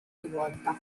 rivolta